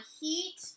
heat